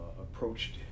approached